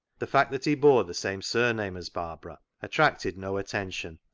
the fact that he bore the same surname as barbara attracted no attention,